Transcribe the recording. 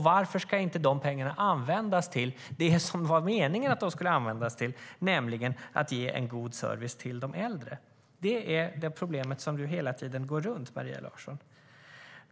Varför ska dessa pengar inte användas till det som var meningen att de skulle användas till, nämligen att ge en god service till de äldre? Det är det problemet du hela tiden går runt, Maria Larsson.